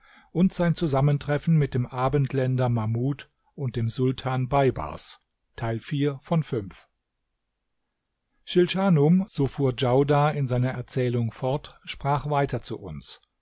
schilschanum so fuhr djaudar in seiner erzählung fort sprach weiter zu uns